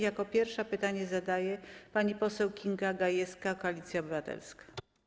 Jako pierwsza pytanie zadaje pani poseł Kinga Gajewska, Koalicja Obywatelska.